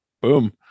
boom